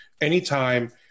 anytime